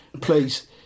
Please